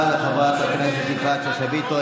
תודה רבה לחברת הכנסת שאשא ביטון.